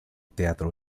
teatro